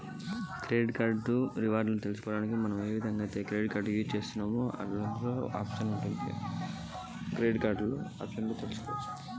Credit card reward లను ఎట్ల తెలుసుకోవాలే?